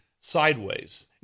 sideways